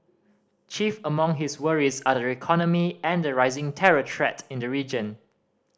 chief among his worries are the economy and the rising terror threat in the region